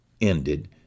ended